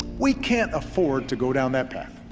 we can't afford to go down that path.